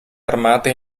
armate